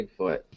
Bigfoot